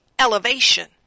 Elevation